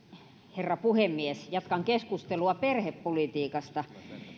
herra puhemies jatkan keskustelua perhepolitiikasta